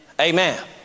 Amen